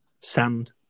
sand